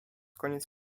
koniec